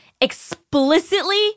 explicitly